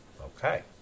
Okay